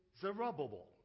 Zerubbabel